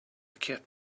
kept